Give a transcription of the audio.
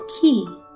key